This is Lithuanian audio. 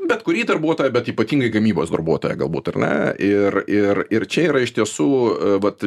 bet kurį darbuotoją bet ypatingai gamybos darbuotoją galbūt ar ne ir ir ir čia yra iš tiesų vat